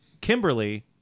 Kimberly